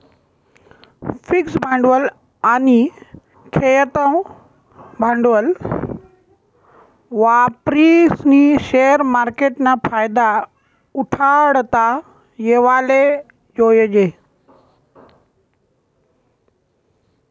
fix भांडवल आनी खेयतं भांडवल वापरीस्नी शेअर मार्केटना फायदा उठाडता येवाले जोयजे